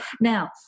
Now